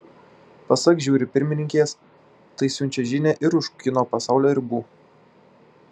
pasak žiuri pirmininkės tai siunčia žinią ir už kino pasaulio ribų